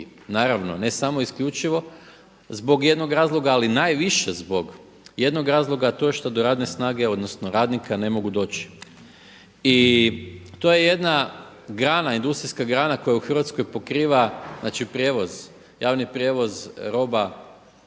naravno ne samo isključivo zbog jednog razloga ali najviše zbog jednog razloga a to je što do radne snage, odnosno radnika ne mogu doći. I to je jedna grana, industrijska grana koja u Hrvatskoj pokriva, znači prijevoz, javni prijevoz roba